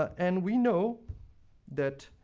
and we know that